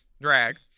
Drag